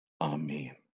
Amen